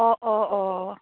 অ' অ' অ'